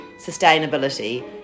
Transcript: sustainability